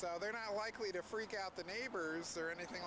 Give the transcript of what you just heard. so they're not likely to freak out the neighbors or anything